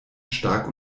stark